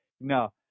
no